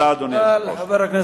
תודה, אדוני היושב-ראש.